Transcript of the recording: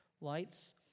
lights